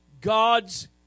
God's